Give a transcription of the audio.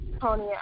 Tony